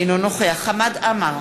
אינו נוכח חמד עמאר,